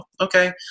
okay